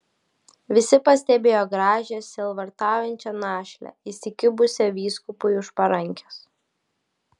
visi pastebėjo gražią sielvartaujančią našlę įsikibusią vyskupui už parankės